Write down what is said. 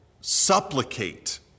supplicate